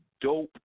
dope